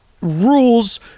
rules